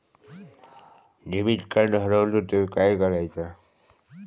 Debit card हरवल तर काय करायच?